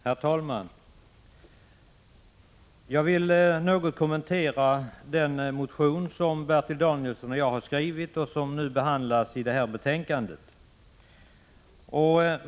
Herr talman! Jag vill något kommentera den motion som Bertil Danielsson och jag skrivit och som behandlas i detta betänkande.